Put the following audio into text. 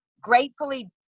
gratefully